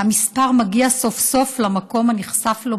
המספר מגיע סוף-סוף למקום הנכסף לו